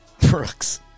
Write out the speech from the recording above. Brooks